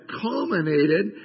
culminated